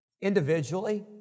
individually